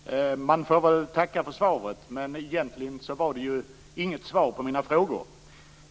Herr talman! Jag får väl tacka för svaret men egentligen fick jag inte svar på mina frågor.